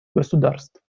государств